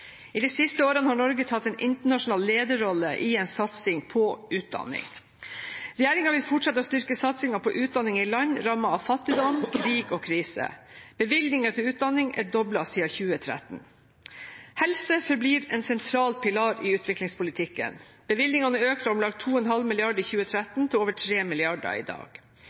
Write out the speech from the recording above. I de siste årene har Norge tatt en internasjonal lederrolle i en satsing på utdanning. Regjeringen vil fortsette å styrke satsingen på utdanning i land rammet av fattigdom, krig og kriser. Bevilgningen til utdanning er doblet siden 2013. Helse forblir en sentral pilar i utviklingspolitikken. Bevilgningene er økt fra om lag 2,5 mrd. kr i 2013 til over 3 mrd. kr i dag.